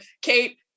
Kate